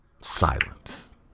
Silence